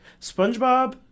spongebob